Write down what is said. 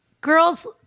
girls